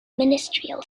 ministerial